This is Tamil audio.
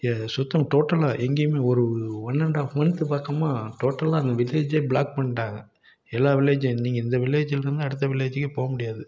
சுத்தமாக டோட்டலாக எங்கேயும் ஒரு ஒன்னன் அண்ட் ஃஆப் மந்த்து பார்த்தோம்னா டோட்டலாக அந்த வில்லேஜை பிளாக் பண்ணிட்டாங்க எல்லாம் வில்லேஜும் நீங்கள் இந்த வில்லேஜிலிருந்து அடுத்த வில்லேஜ்க்கு போக முடியாது